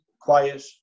quiet